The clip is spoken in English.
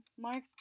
Mark